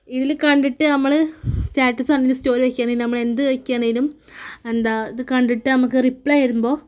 ഇതിൽ കണ്ടിട്ട് നമ്മള് സ്റ്റാറ്റസ് ആണെങ്കിലും സ്റ്റോറി ആക്കിയാണെങ്കിലും നമ്മള് എന്ത് ആക്കിയാണെങ്കിലും എന്താണ് ഇത് കണ്ടിട്ട് നമുക്ക് റീപ്ലേ വരുമ്പോൾ